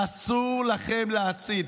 אסור לכם להסית.